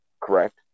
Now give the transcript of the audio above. correct